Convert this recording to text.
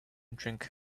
drink